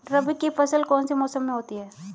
रबी की फसल कौन से मौसम में होती है?